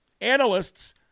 Analysts